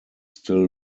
still